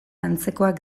antzekoak